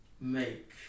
make